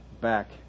back